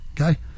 okay